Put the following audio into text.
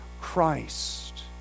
Christ